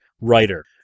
writer